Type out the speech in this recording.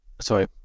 sorry